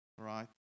right